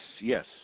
yes